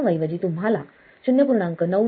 च्या ऐवजी तुम्हाला 0